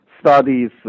studies